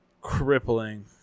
crippling